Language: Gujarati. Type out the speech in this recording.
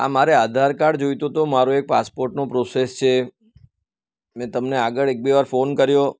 આ મારે આધારકાર્ડ જોઈતુ હતું મારો એક પાસપોર્ટનો પ્રોસેસ છે મેં તમને આગળ એક બે વાર ફોન કર્યો